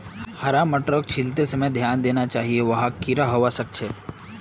हरा मटरक छीलते समय ध्यान देना चाहिए वहात् कीडा हवा सक छे